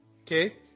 Okay